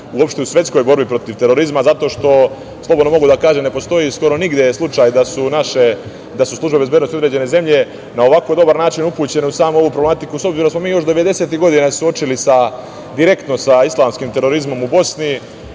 uopšte u svetskoj borbi protiv terorizma zato što, slobodno mogu da kažem, ne postoji skoro nigde slučaj da su službe bezbednosti određene zemlje na ovako dobar način upućene u samu ovu problematiku, s obzirom da smo se mi još devedesetih godina suočili direktno sa islamskim terorizmom u Bosni